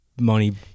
money